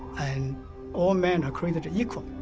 and all men are created equal.